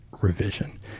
revision